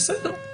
בסדר,